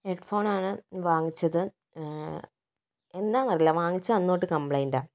head ഫോണാണ് വാങ്ങിച്ചത് എന്താണെന്നറിയില്ല വാങ്ങിച്ച അന്ന് തൊട്ട് കംപ്ലയിന്റാണ്